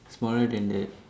smaller than that